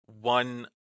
one